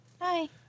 Hi